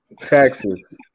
taxes